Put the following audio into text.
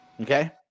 Okay